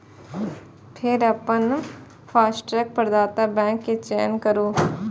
फेर अपन फास्टैग प्रदाता बैंक के चयन करू